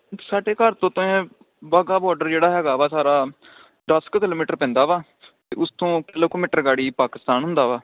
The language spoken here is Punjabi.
ਸਾਡੇ ਘਰ ਤੋਂ ਤਾਂ ਇਹ ਬਾਗਾ ਬੋਡਰ ਜਿਹੜਾ ਹੈਗਾ ਵਾ ਸਾਰਾ ਦਸ ਕੁ ਕਿਲੋਮੀਟਰ ਪੈਂਦਾ ਵਾ ਅਤੇ ਉਸ ਤੋਂ ਕਿਲੋ ਕੁ ਮੀਟਰ ਗਾੜੀ ਪਾਕਿਸਤਾਨ ਹੁੰਦਾ ਵਾ